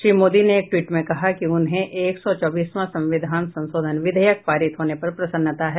श्री मोदी ने एक ट्वीट में कहा कि उन्हें एक सौ चौवीसवां संविधान संशोधन विधेयक पारित होने पर प्रसन्नता है